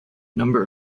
number